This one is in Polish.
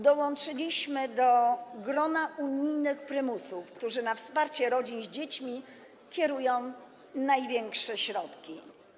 Dołączyliśmy do grona unijnych prymusów, którzy na wsparcie rodzin z dziećmi kierują największe środki.